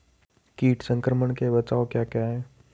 कीट संक्रमण के बचाव क्या क्या हैं?